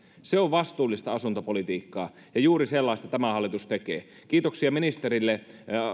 se on vastuullista asuntopolitiikkaa ja juuri sellaista tämä hallitus tekee kiitoksia ministerille